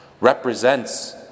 represents